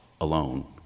alone